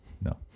No